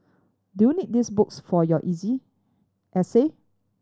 do you need these books for your essay